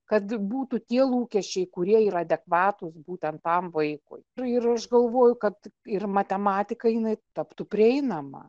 kad būtų tie lūkesčiai kurie yra adekvatūs būtent tam vaikui ir ir aš galvoju kad ir matematika jinai taptų prieinama